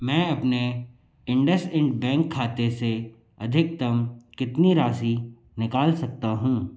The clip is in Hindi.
मैं अपने इंडसइंड बैंक खाते से अधिकतम कितनी राशि निकाल सकता हूँ